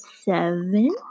seven